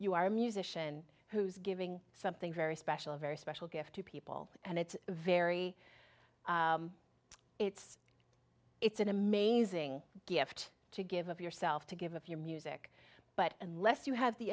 you are a musician who is giving something very special a very special gift to people and it's very it's it's an amazing gift to give of yourself to give of your music but unless you have the